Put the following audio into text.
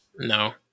No